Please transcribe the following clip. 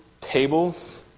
Tables